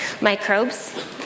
microbes